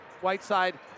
Whiteside